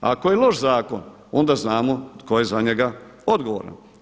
Ako je loš zakon onda znamo tko je za njega odgovoran.